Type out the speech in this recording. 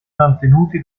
mantenuti